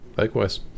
Likewise